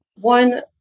one